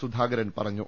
സുധാകരൻ പറ ഞ്ഞു